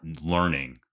learning